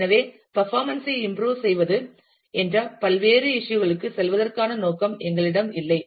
எனவே பர்ஃபாமென்ஸ் ஐ இம்புரோவ் செய்வது என்ற பல்வேறு இஷ்யூ களுக்குச் செல்வதற்கான நோக்கம் எங்களிடம் இல்லை